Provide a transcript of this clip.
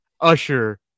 Usher